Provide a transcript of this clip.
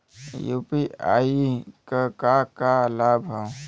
UPI क का का लाभ हव?